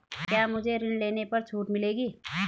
क्या मुझे ऋण लेने पर छूट मिलेगी?